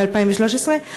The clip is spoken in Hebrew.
ב-2013.